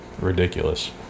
ridiculous